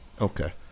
Okay